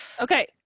Okay